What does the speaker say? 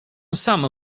sam